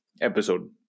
episode